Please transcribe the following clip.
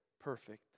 perfect